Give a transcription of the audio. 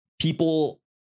people